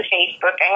Facebook